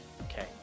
Okay